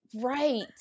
right